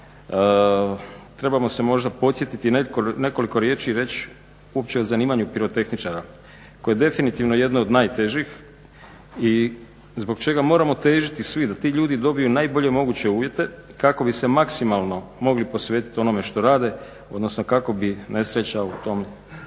trebamo se možda podsjetiti nekoliko riječi reći uopće o zanimanju pirotehničara koje je definitivno jedno od najtežih i zbog čega moramo težiti svi da ti ljudi dobiju najbolje moguće uvjete kako bi se maksimalno mogli posvetiti onome što rade, odnosno kako bi nesreća u tom njihovom